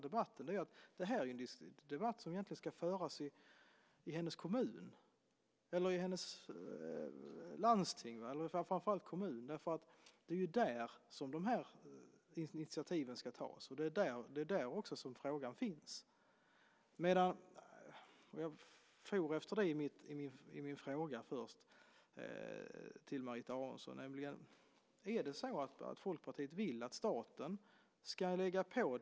Detta är nämligen en debatt som egentligen ska föras i hennes kommun eller i hennes landsting, men framför allt i kommunen. Det är ju där som dessa initiativ ska tas, och det är också där som frågan finns. Om Folkpartiet vill att staten ska lägga detta på kommunerna med något slags tvingande åtagande, då blir det en riksdagsfråga.